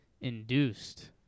induced